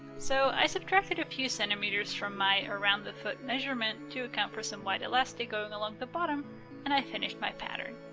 so i subtracted a few centimeters from my around the foot measurement to account for some wide elastic going along the bottom and finished my pattern.